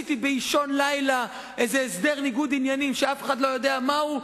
עשיתי באישון לילה איזה הסדר ניגוד עניינים שאף אחד לא יודע מהו,